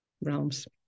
realms